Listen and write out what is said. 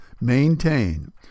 maintain